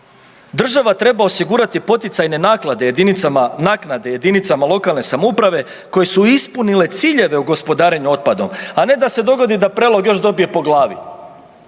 Država treba osigurati poticajne naklade jedinicama, naknade, jedinicama lokalne samouprave koje su ispunile ciljeve u gospodarenju otpadom, a ne da se dogodi da Prelog još dobije po glavi.